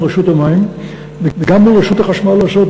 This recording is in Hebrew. רשות המים וגם מול רשות החשמל לעשות,